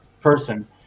person